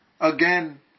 again